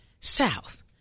south